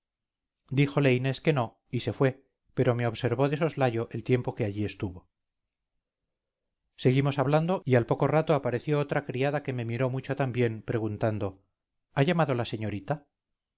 alguna cosa díjole inés que no y se fue pero me observó de soslayo el tiempo que allí estuvo seguimos hablando y al poco rato apareció otra criada que me miró mucho también preguntando ha llamado la señorita